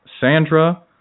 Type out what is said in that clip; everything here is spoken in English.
Sandra